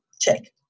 Check